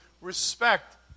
respect